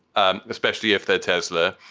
ah especially if they're tesla.